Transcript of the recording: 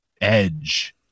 Edge